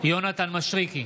יונתן מישרקי,